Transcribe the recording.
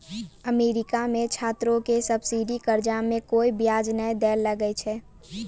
America मे छात्रो के सब्सिडी कर्जा मे कोय बियाज नै दै ले लागै छै